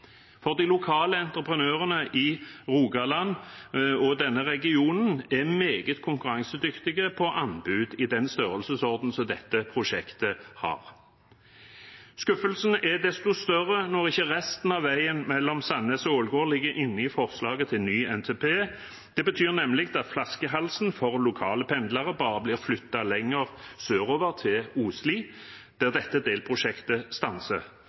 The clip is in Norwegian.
De lokale entreprenørene i Rogaland og denne regionen er meget konkurransedyktige på anbud i den størrelsesorden som dette prosjektet har. Skuffelsen er desto større når ikke resten av veien mellom Sandnes og Ålgård ligger inne i forslaget til ny NTP. Det betyr nemlig at flaskehalsen for lokale pendlere bare blir flyttet lenger sørover, til Osli, der dette delprosjektet stanser,